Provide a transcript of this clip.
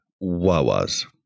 Wawa's